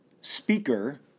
speaker